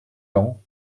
lent